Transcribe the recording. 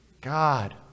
God